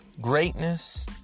greatness